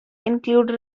include